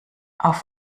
auf